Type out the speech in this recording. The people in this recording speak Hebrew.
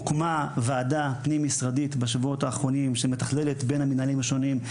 הוקמה ועדה פנים-משרדית שמתכללת את יישום ההמלצות בין המינהלים השונים.